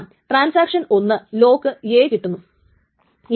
മറ്റൊരു transaction T 1 ന്റെ timestamp നേരത്തെ എഴുതിയതിന്റെ എടുക്കാം